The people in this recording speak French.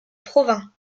provins